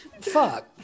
fuck